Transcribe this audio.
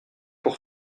pour